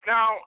Now